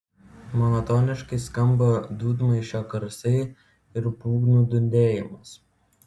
monotoniškai skamba dūdmaišio garsai ir būgnų dundėjimas